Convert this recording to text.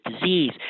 disease